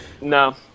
no